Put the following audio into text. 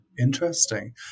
Interesting